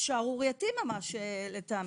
שערורייתי ממש לטעמי.